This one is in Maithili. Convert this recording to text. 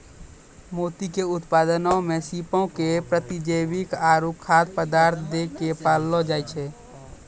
मोती के उत्पादनो मे सीपो के प्रतिजैविक आरु खाद्य पदार्थ दै के पाललो जाय छै